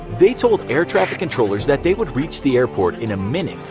they told air traffic controllers that they would reach the airport in a minute.